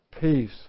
Peace